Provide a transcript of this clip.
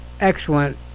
excellent